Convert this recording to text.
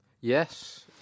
Yes